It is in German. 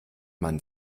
man